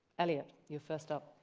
eliot, you're first up.